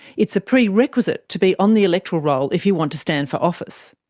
it's a prerequisite to be on the electoral roll if you want to stand for office.